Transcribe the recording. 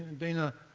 dana